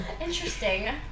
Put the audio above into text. Interesting